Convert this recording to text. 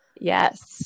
Yes